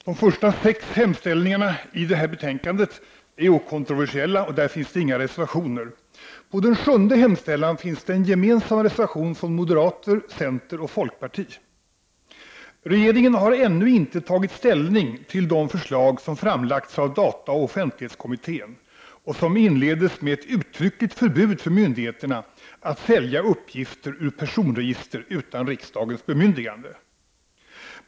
Herr talman! De första sex momenten i utskottets hemställan i detta betänkande är okontroversiella, och där finns inga reservationer. Under moment 7 finns en gemensam reservation från moderaterna, centern och folkpartiet. Regeringen har ännu inte tagit ställning till de förslag som framlagts av dataoch offentlighetskommittén och som inleds med ett uttryckligt förbud för myndigheterna att sälja uppgifter ur personregister utan riksdagens bemyndigande.